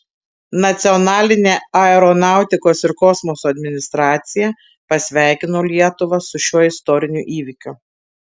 nacionalinė aeronautikos ir kosmoso administracija pasveikino lietuvą su šiuo istoriniu įvykiu